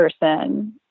person